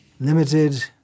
limited